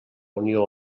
unió